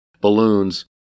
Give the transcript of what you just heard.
balloons